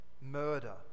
murder